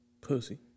Pussy